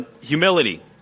humility